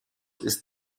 ist